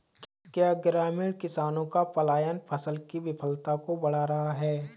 क्या ग्रामीण किसानों का पलायन फसल की विफलता को बढ़ा रहा है?